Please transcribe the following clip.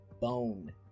bone